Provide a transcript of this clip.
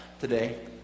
today